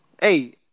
Hey